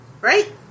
Right